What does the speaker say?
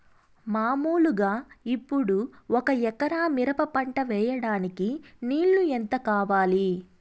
మామూలుగా ఇప్పుడు ఒక ఎకరా మిరప పంట వేయడానికి నీళ్లు ఎంత కావాలి?